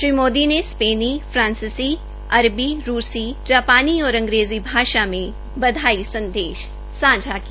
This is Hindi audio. श्री मोदी ने स्पेनी फांसीसी अरबी रूसी जापानी और अंग्रेजी भाषा में बधाई संदेश सांझा किया